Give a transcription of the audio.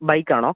bike ആണോ